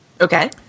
Okay